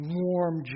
warm